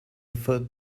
referred